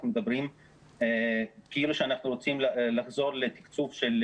מדברים כאילו שאנחנו רוצים לחזור לתקצוב של